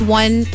one